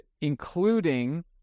including